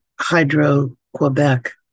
Hydro-Quebec